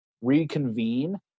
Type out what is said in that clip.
reconvene